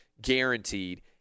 guaranteed